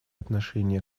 отношение